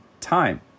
time